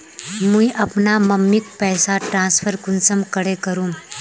मुई अपना मम्मीक पैसा ट्रांसफर कुंसम करे करूम?